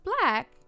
black